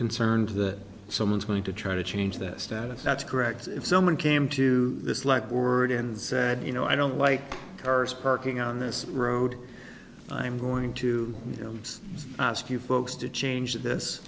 concerned that someone's going to try to change this status that's correct if someone came to this like word and said you know i don't like cars parking on this road i'm going to ask you folks to change this